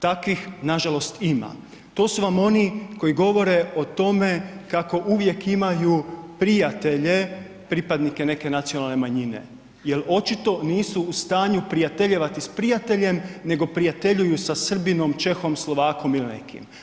Takvih nažalost ima, to su vam oni koji govore o tome kako uvijek imaju prijatelje pripadnike neke nacionalne manjine jel očito nisu u stanju prijateljevati s prijateljem nego prijateljuju sa Srbinom, Čehom, Slovakom ili nekim.